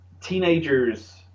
teenagers